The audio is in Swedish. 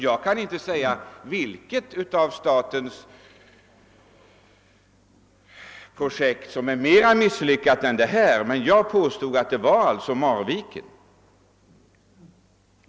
Jag kan inte säga vilket av statens projekt som är mera misslyckat än detta, men jag påstod alltså att Marviken var misslyckat.